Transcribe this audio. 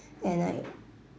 and I